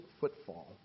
footfall